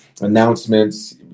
announcements